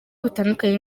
bitandukanye